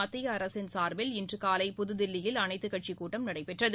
மத்திய அரசின் சார்பில் இன்று காலை புதுதில்லியில் அனைத்துக் கட்சி கூட்டம் நடைபெற்றது